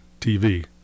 TV